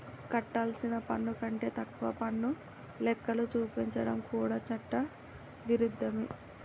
కట్టాల్సిన పన్ను కంటే తక్కువ పన్ను లెక్కలు చూపించడం కూడా చట్ట విరుద్ధమే